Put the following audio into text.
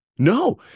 No